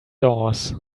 doors